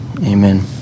amen